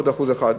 לעוד 1%,